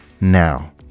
now